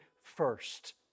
first